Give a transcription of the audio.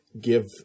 give